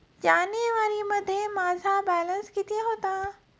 जानेवारीमध्ये माझा बॅलन्स किती होता?